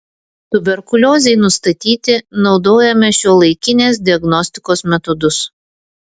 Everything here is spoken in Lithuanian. tuberkuliozei nustatyti naudojame šiuolaikinės diagnostikos metodus